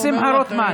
אינו נוכח אבי מעוז,